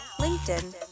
LinkedIn